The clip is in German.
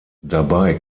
dabei